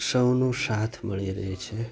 સૌનો સાથ મળી રહે છે